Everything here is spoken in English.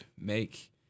make